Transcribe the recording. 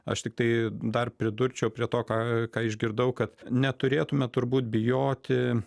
aš tiktai dar pridurčiau prie to ką ką išgirdau kad neturėtume turbūt bijoti